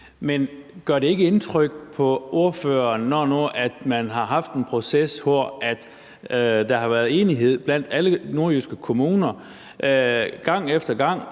men gør det ikke indtryk på ordføreren, at man har haft en proces, hvor der gang efter gang har været enighed blandt alle nordjyske kommuner og samtidig